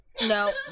No